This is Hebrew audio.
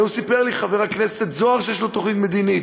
היום סיפר לי חבר הכנסת זוהר שיש לו תוכנית מדינית,